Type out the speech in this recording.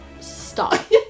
Stop